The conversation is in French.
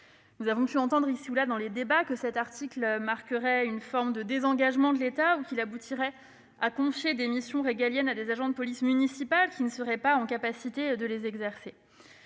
Nous avons pu entendre ici ou là dans les débats que cet article marquerait une forme de désengagement de l'État ou qu'il aboutirait à confier des missions régaliennes à des agents de police municipale n'étant pas en capacité de les exercer.